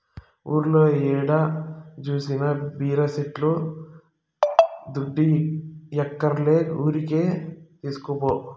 ఊర్లో ఏడ జూసినా బీర సెట్లే దుడ్డియ్యక్కర్లే ఊరికే తీస్కపో